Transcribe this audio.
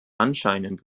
anscheinend